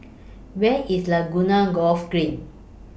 Where IS Laguna Golf Green